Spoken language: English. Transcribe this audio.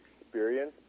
experience